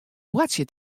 boartsje